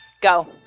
Go